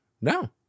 No